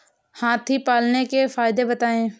हाथी पालने के फायदे बताए?